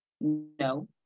no